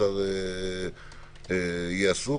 השר יהיה עסוק.